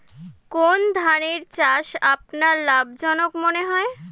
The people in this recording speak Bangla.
কোন ধানের চাষ আপনার লাভজনক মনে হয়?